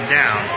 down